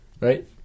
Right